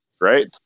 right